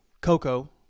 Coco